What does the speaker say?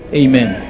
amen